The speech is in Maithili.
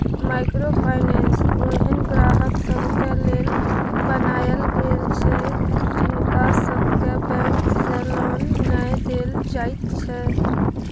माइक्रो फाइनेंस ओहेन ग्राहक सबके लेल बनायल गेल छै जिनका सबके बैंक से लोन नै देल जाइत छै